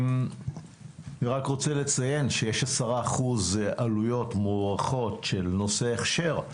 אני רק רוצה לציין שיש 10% עלויות מוערכות של הכשר,